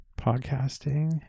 podcasting